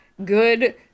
Good